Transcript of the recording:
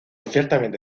ciertamente